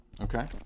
okay